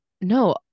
no